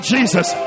Jesus